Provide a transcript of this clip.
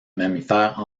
mammifère